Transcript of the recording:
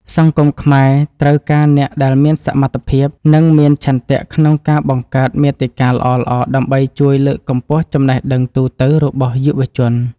សង្គមខ្មែរត្រូវការអ្នកដែលមានសមត្ថភាព និងមានឆន្ទៈក្នុងការបង្កើតមាតិកាល្អៗដើម្បីជួយលើកកម្ពស់ចំណេះដឹងទូទៅដល់យុវជន។